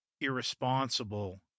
irresponsible